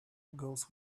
goes